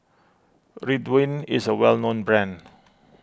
Ridwind is a well known brand